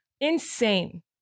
insane